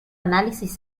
análisis